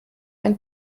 ein